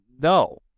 no